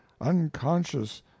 unconscious